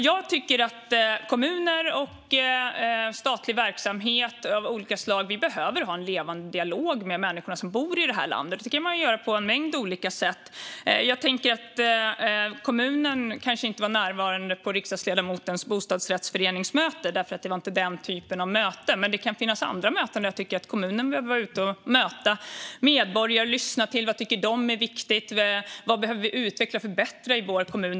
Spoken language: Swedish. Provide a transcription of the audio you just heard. Jag tycker att kommuner och statlig verksamhet av olika slag behöver ha en levande dialog med de människor som bor i landet. Det kan man göra på en mängd olika sätt. Jag tänker att kommunen kanske inte var närvarande på riksdagsledamotens bostadsrättsföreningsmöte eftersom det inte var den typen av möte, men det kan finnas andra möten där jag tycker att kommunen behöver vara med och möta medborgare och lyssna på vad de tycker är viktigt och vad som behöver utvecklas och bli bättre i kommunen.